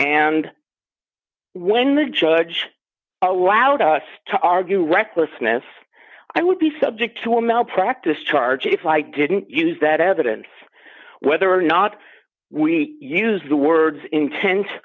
and when the judge allowed us to argue recklessness i would be subject to a malpractise charge if i didn't use that evidence whether or not we use the words intent